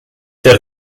der